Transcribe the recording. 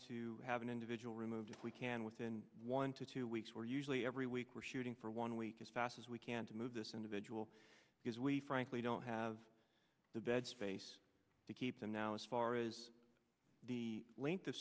to have an individual removed if we can within one to two weeks where usually every week we're shooting for one week as fast as we can to move this individual is we frankly don't have the bed space to keep them now as far as the l